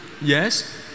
Yes